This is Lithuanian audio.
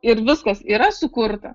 ir viskas yra sukurta